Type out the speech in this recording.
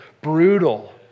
brutal